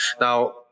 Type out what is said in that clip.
Now